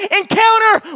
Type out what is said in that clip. encounter